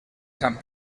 sant